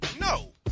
No